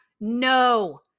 no